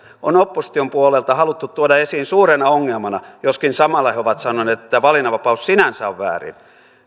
on opposition puolelta haluttu tuoda esiin suurena ongelmana joskin samalla he ovat sanoneet että valinnanvapaus sinänsä on väärin